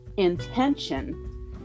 intention